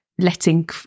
letting